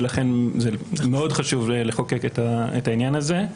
ולכן מאוד חשוב לחוקק את העניין הזה.